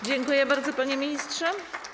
Dziękuję bardzo, panie ministrze.